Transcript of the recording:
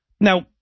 Now